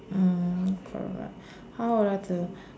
mm correct how would like to